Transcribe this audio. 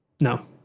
No